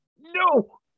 No